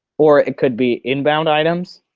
or it could be inbound items?